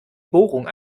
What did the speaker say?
bohrung